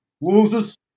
losers